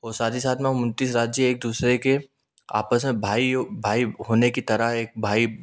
और साथ ही साथ में हम उनतीस राज्य एक दूसरे के आपस में भाई भाई होने की तरह एक भाई